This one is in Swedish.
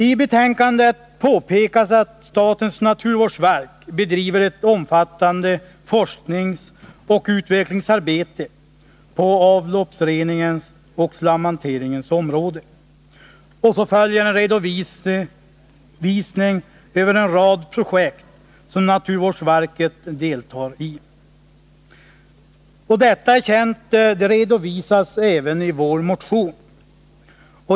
I betänkandet påpekas att statens naturvårdsverk bedriver ett omfattande forskningsoch utvecklingsarbete på avloppsreningens och slamhanteringens område. Och så följer en redovisning av en rad projekt som naturvårdsverket deltar i. Detta är känt; det redovisas även i vår motion.